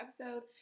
episode